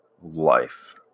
life